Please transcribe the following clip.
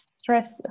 stress